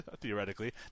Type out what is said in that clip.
theoretically